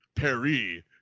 Perry